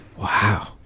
Wow